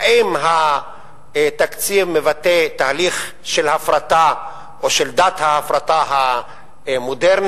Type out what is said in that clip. האם התקציב מבטא תהליך של הפרטה או של דת ההפרטה המודרנית?